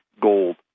gold